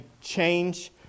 change